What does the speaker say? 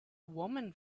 woman